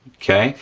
okay?